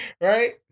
Right